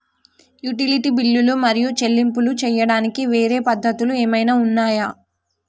Utility బిల్లులు మరియు చెల్లింపులు చేయడానికి వేరే పద్ధతులు ఏమైనా ఉన్నాయా?